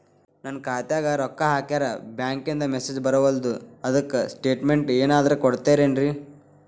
ನನ್ ಖಾತ್ಯಾಗ ರೊಕ್ಕಾ ಹಾಕ್ಯಾರ ಬ್ಯಾಂಕಿಂದ ಮೆಸೇಜ್ ಬರವಲ್ದು ಅದ್ಕ ಸ್ಟೇಟ್ಮೆಂಟ್ ಏನಾದ್ರು ಕೊಡ್ತೇರೆನ್ರಿ?